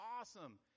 awesome